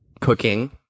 cooking